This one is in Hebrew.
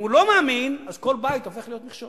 אם הוא לא מאמין, אז כל בית הופך להיות מכשול.